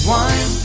one